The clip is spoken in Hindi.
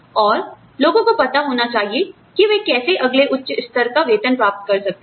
और लोगों को पता होना चाहिए कि वे कैसे अगले उच्च स्तर का वेतन प्राप्त कर सकते हैं